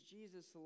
Jesus